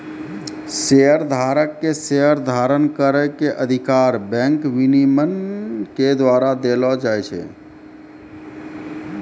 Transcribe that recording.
शेयरधारक के शेयर धारण करै के अधिकार बैंक विनियमन के द्वारा देलो जाय छै